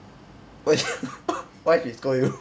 why she scold you